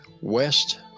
west